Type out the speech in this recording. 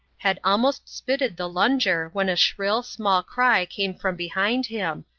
had almost spitted the lunger when a shrill, small cry came from behind him,